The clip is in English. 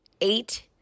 eight